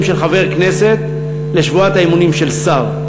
של חבר הכנסת לשבועת האמונים של שר.